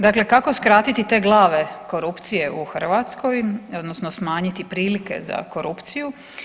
Dakle, kako skratiti te glave korupcije u Hrvatsko odnosno smanjiti prilike za korupciju?